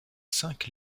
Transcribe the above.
cinq